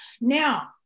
Now